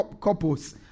couples